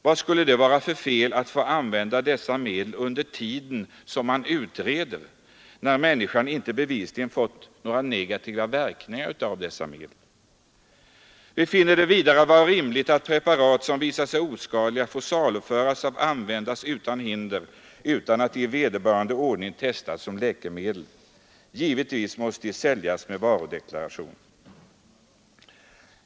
Vad skulle det vara för fel i att få använda dessa medel under den tid utredningen sker, när några negativa verkningar på människor av dessa medel inte har påvisats. Vi finner det vidare rimligt att preparat som visats sig oskadliga får saluföras och användas utan att de i vederbörlig ordning testats som läkemedel. Givetvis måste de säljas med varudeklaration.